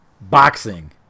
boxing